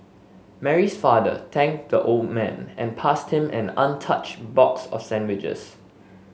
Mary's father thanked the old man and passed him an untouched box of sandwiches